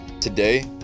Today